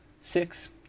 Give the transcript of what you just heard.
Six